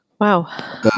Wow